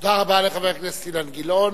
תודה רבה לחבר הכנסת אילן גילאון.